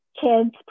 kids